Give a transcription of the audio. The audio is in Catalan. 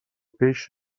peix